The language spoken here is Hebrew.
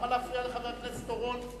למה להפריע לחבר הכנסת אורון?